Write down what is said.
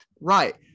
Right